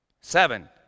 Seven